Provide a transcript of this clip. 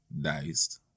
diced